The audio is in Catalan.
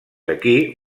aquí